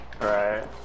Right